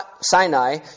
Sinai